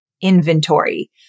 inventory